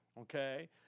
okay